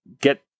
get